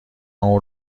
اون